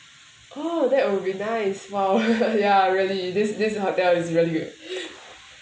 oh that will be nice !wow! ya really this this hotel is really